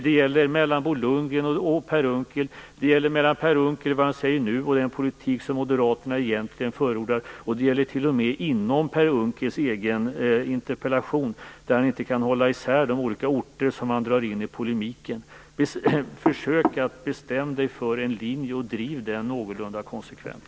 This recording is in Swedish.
Det gäller mellan Bo Lundgren och Per Unckel, det gäller mellan vad Per Unckel säger nu och den politik som moderaterna egentligen förordar och det gäller t.o.m. inom Per Unckels egen interpellation, där han inte kan hålla isär de olika orter han drar in i polemiken. Per Unckel borde försöka bestämma sig för en linje och driva den någorlunda konsekvent.